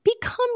become